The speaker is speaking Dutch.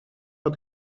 van